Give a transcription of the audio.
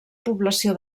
població